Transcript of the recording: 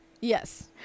Yes